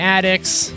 Addicts